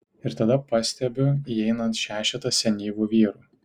ir tada pastebiu įeinant šešetą senyvų vyrų